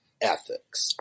ethics